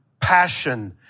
passion